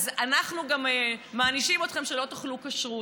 אז אנחנו גם מענישים אתכם שלא תאכלו כשר.